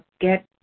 get